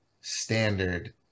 standard